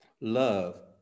Love